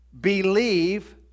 believe